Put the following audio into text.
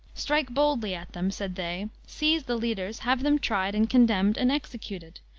strike boldly at them, said they seize the leaders have them tried, and condemned, and executed.